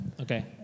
Okay